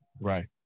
Right